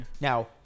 Now